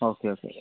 okay okay